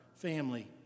family